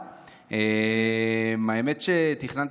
האמת שתכננתי ככה לדבר